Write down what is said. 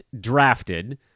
drafted